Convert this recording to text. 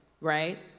right